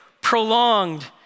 prolonged